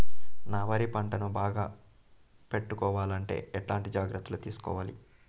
నా వరి పంటను బాగా పెట్టుకోవాలంటే ఎట్లాంటి జాగ్రత్త లు తీసుకోవాలి?